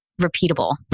repeatable